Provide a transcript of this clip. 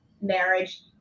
marriage